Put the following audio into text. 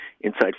inside